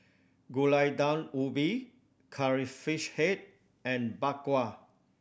Gulai Daun Ubi Curry Fish Head and Bak Kwa